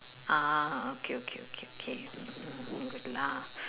ah okay okay okay okay good lah